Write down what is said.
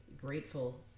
grateful